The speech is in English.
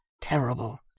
Terrible